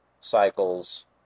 cycles